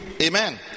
Amen